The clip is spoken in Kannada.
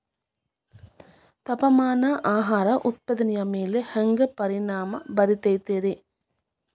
ತಾಪಮಾನ ಆಹಾರ ಉತ್ಪಾದನೆಯ ಮ್ಯಾಲೆ ಹ್ಯಾಂಗ ಪರಿಣಾಮ ಬೇರುತೈತ ರೇ?